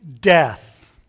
death